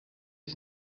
ich